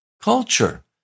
culture